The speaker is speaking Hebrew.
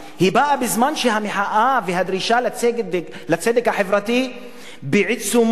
באה בזמן שהמחאה והדרישה לצדק החברתי בעיצומן.